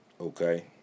okay